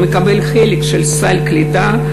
הוא מקבל חלק מסל הקליטה,